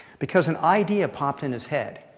because an idea popped in his head,